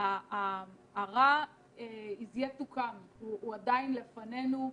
שהרע עדיין לפנינו,